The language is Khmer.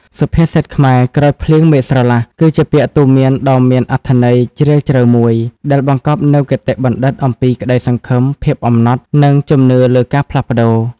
សុភាសិតខ្មែរ ក្រោយភ្លៀង មេឃស្រឡះ គឺជាពាក្យទូន្មានដ៏មានអត្ថន័យជ្រាលជ្រៅមួយ ដែលបង្កប់នូវគតិបណ្ឌិតអំពី ក្តីសង្ឃឹម ភាពអំណត់ និងជំនឿលើការផ្លាស់ប្តូរ។